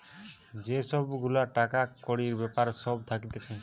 যে সব গুলা টাকা কড়ির বেপার সব থাকতিছে